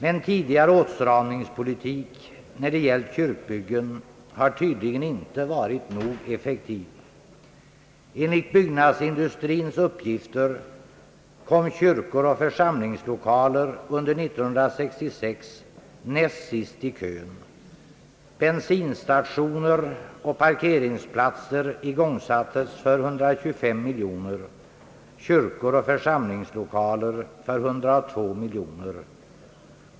En tidigare åtstramningspolitik, när det gällt kyrkbyggen har tydligen inte varit nog effektiv. Enligt byggnadsindustriens uppgifter kom kyrkor och samlingslokaler under 1966 näst sist i kön. Bensinstationer och parkeringsplatser igångsattes för 125 miljoner, kyrkor och samlingslokaler för 102 miljoner.